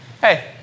Hey